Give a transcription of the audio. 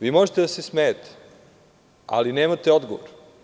Vi možete da se smejete, ali nemate odgovor.